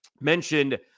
mentioned